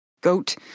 goat